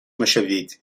مشوید